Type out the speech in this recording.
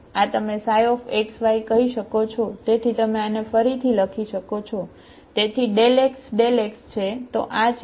આ તમે ξ કહી શકો છો તેથી તમે આને ફરીથી લખી શકો છો તેથી ∂x∂x છે તે આ છે